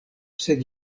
sed